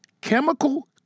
chemical